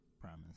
Promise